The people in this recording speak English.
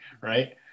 right